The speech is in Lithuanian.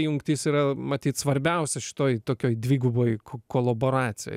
jungtis yra matyt svarbiausia šitoj tokioj dviguboj kolaboracijoj